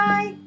Bye